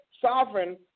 sovereign